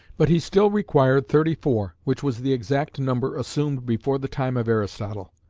but he still required thirty-four, which was the exact number assumed before the time of aristotle.